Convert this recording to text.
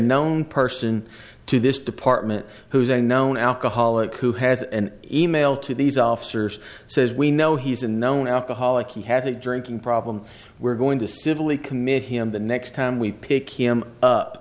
known person to this department who is a known alcoholic who has an e mail to these officers says we know he's a known alcoholic he has a drinking problem we're going to civilly commit him the next time we pick him up